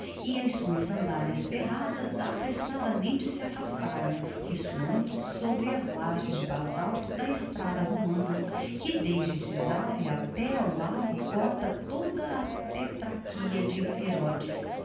e as suas sandálias ferradas apressadamente se afastaram ressoando sobre as lajes de basalto da estrada romana que desde cesareia até ao lago cona toda a tetrarquia de herodes